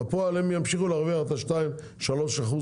בפועל, הם ימשיכו להרוויח בין 2%-3% אחוז